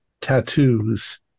tattoos